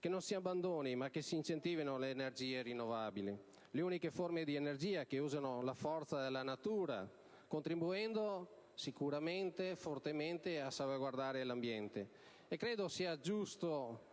che non si abbandonino ma che si incentivino le energie rinnovabili, le uniche forme di energia che usano la forza della natura contribuendo sicuramente e fortemente a salvaguardare l'ambiente, e credo sia giusto